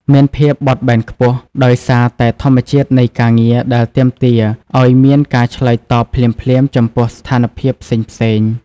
មានភាពបត់បែនខ្ពស់ ដោយសារតែធម្មជាតិនៃការងារដែលទាមទារឱ្យមានការឆ្លើយតបភ្លាមៗចំពោះស្ថានភាពផ្សេងៗ។